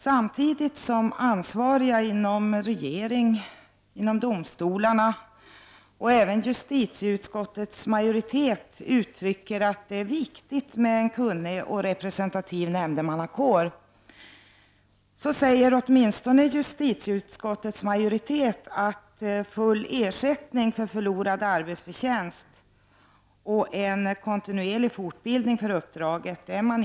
Samtidigt som ansvariga inom regering och domstolar samt också justi tieutskottets majoritet framhåller att det är viktigt med en kunnig och representativ nämndemannakår, säger åtminstone justitieutskottets majoritet att den inte är villig att gå med på full ersättning för förlorad arbetsförtjänst och en kontinuerlig fortbildning för uppdraget.